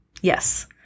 Yes